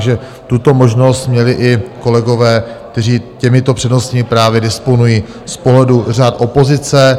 Takže tuto možnost měli i kolegové, kteří těmito přednostními právy disponují z pohledu řad opozice.